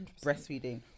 breastfeeding